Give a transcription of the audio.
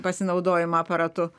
pasinaudojimą aparatu